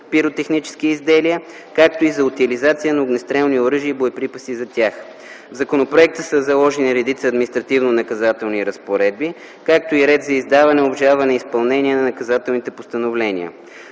пиротехнически изделия, както и за утилизация на огнестрелни оръжия и боеприпаси за тях. В законопроекта са заложени редица административнонаказателни разпоредби, както и ред за издаване, обжалване и изпълнение на наказателни постановления.